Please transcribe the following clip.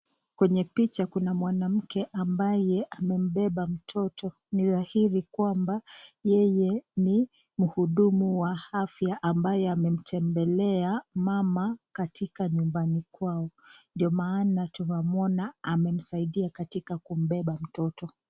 Kwenye picha kuna mwanamke ambaye amembeba mtoto, ni dhahiri kwamba yeye ni mhudumu wa afya ambaye amemtembelea mama katika nyumbani kwao, ndio maana tunamuona amemsaidia katika kumbeba mtoto.